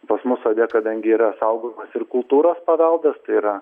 pas mus sode kadangi yra saugomas ir kultūros paveldas tai yra